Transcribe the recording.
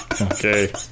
Okay